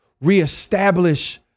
reestablish